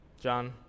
John